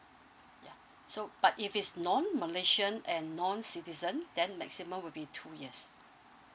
ya so but if it's non malaysian and non citizen then maximum will be two years